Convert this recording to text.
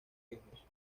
hijos